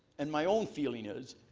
and my own feeling is,